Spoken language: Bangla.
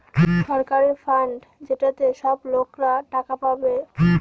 সরকারের ফান্ড যেটাতে সব লোকরা টাকা পাবে